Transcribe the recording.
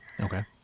Okay